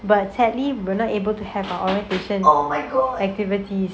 but sadly we not able to have our orientation activities